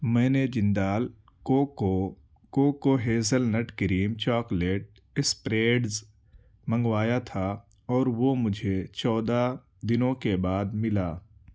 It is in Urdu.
میں نے Jindal cocoa cocoa hazelnut cream chocolate spreads منگوایا تھا اور وہ مجھے چودہ دنوں کے بعد ملا